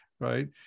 right